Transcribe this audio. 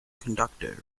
conductor